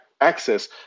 access